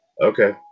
Okay